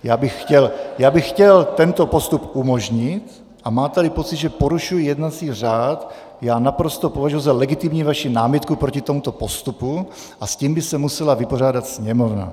Já bych chtěl, já bych chtěl tento postup umožnit a máteli pocit, že porušuji jednací řád, já naprosto považuji za legitimní vaši námitku proti tomuto postupu a s tím by se musela vypořádat Sněmovna.